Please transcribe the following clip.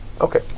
Okay